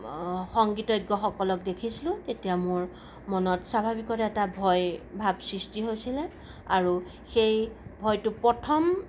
সংগীতজ্ঞসকলক দেখিছিলোঁ তেতিয়া মোৰ মনত স্বাভাৱিকতে এটা ভয় ভাব সৃষ্টি হৈছিলে আৰু সেই ভয়টো প্ৰথম